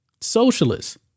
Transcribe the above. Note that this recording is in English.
Socialists